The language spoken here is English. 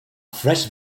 fresh